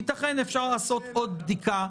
אפשר לעשות עוד בדיקה.